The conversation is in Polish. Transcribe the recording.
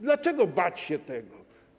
Dlaczego bać się tego?